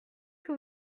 que